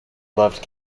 loved